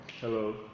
Hello